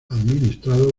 administrado